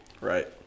right